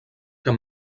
que